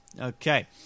Okay